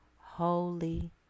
holy